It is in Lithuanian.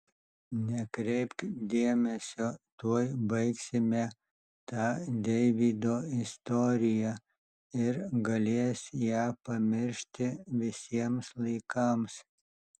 nekreipk dėmesio tuoj baigsime tą deivydo istoriją ir galės ją pamiršti visiems laikams